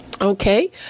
okay